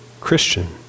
Christian